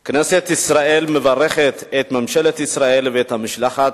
2. כנסת ישראל מברכת את ממשלת ישראל ואת המשלחת,